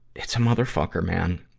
it's a motherfucker, man.